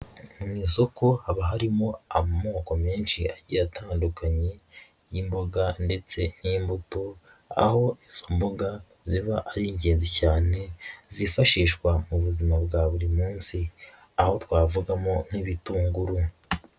Mu isoko haba harimo amoko menshi agiye atandukanye y'imboga ndetse n'imbuto, aho izo mboga ziba ari ingenzi cyane, zifashishwa mu buzima bwa buri munsi, aho twavugamo nk'ibitunguru.